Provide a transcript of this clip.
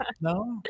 No